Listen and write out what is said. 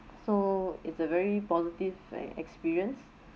so it's a very positive experience